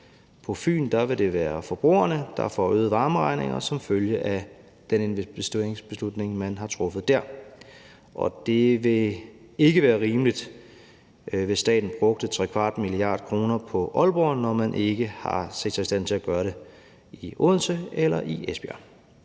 På Fyn vil det være forbrugerne, der får øgede varmeregninger som følge af den investeringsbeslutning, man har truffet der. Og det vil ikke være rimeligt, hvis staten brugte trekvart milliard kroner på Aalborg Forsyning, når man ikke har set sig i stand til at gøre det i Odense og Esbjerg